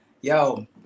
Yo